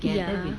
ya